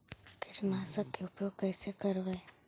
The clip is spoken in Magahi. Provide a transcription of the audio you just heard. कीटनाशक के उपयोग कैसे करबइ?